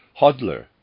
Hodler